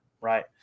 right